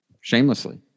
Shamelessly